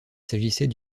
s’agissait